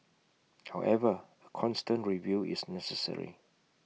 however A constant review is necessary